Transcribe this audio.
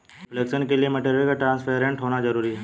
reflection के लिए material का ट्रांसपेरेंट होना जरूरी है